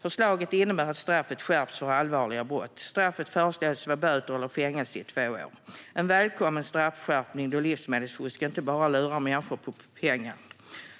Förslaget innebär att straffet skärps för allvarliga brott. Straffet föreslås vara böter eller fängelse i två år. Det är en välkommen straffskärpning, då livsmedelsfusk inte bara lurar människor på pengar,